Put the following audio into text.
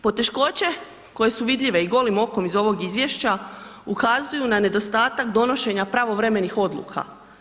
Poteškoće koje su vidljive i golim okom iz ovog izvješća ukazuju na nedostatak donošenja pravovremenih odluka.